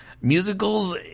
Musicals